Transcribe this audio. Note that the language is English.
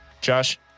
Josh